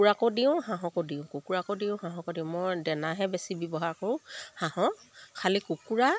কুকুৰাকো দিওঁ হাঁহকো দিওঁ কুকুৰাকো দিওঁ হাঁহকো দিওঁ মই দেনাহে বেছি ব্যৱহাৰ কৰোঁ হাঁহক খালি কুকুৰা